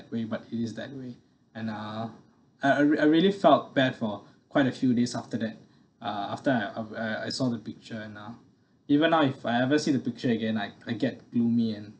way but it is that way and uh I I re~ I really felt bad for quite a few days after that uh after I have uh I saw the picture and uh even now if I ever see the picture again I I get gloomy and